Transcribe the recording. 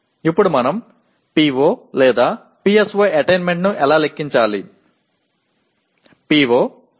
இப்போது நாம் PO PSO அடைவதை எவ்வாறு கணக்கிடுவது